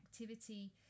activity